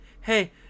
Hey